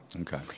Okay